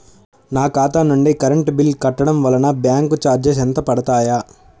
నా ఖాతా నుండి కరెంట్ బిల్ కట్టడం వలన బ్యాంకు చార్జెస్ ఎంత పడతాయా?